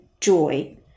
joy